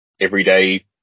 everyday